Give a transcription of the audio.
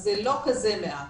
אז זה לא כזה מעט.